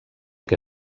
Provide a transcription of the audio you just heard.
que